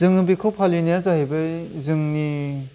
जोङो बेखौ फालिनाया जाहैबाय जोंनि